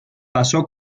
pasó